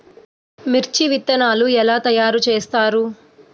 మిర్చి విత్తనాలు ఎలా తయారు చేస్తారు?